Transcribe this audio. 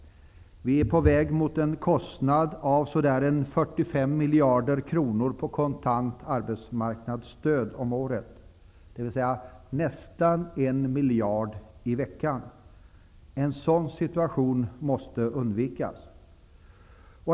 Vi är på väg mot en kostnad av ca 45 miljarder kronor om året för kontant arbetsmarknadsstöd, dvs. nästan 1 miljard i veckan. En sådan situation måste undvikas.